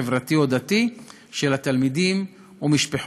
חברתי או דתי של התלמידים ומשפחותיהם.